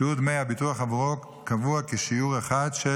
שיעור דמי הביטוח עבורו קבוע בשיעור אחד של